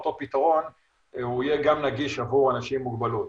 אותו פתרון יהיה גם נגיש עבור אנשים עם מוגבלות.